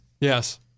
Yes